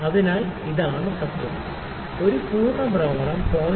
അതിനാൽ ഇതാണ് തത്വം ഒരു പൂർണ്ണ ഭ്രമണം 0